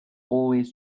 always